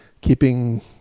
keeping